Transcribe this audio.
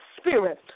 Spirit